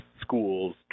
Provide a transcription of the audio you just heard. schools